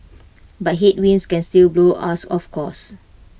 but headwinds can still blow us off course